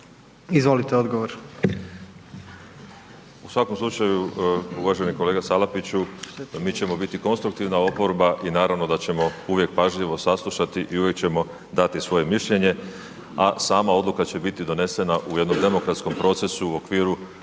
Miroslav (DP)** U svakom slučaju uvaženi kolega Salapiću, mi ćemo biti konstruktivna oporba i naravno da ćemo uvijek pažljivo saslušati i uvijek ćemo dati svoje mišljenje a sama odluka će biti donesena u jednom demokratskom procesu u okviru